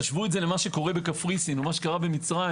תשוו את זה למה שקורה בקפריסין או מה שקרה במצרים.